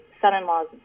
son-in-law's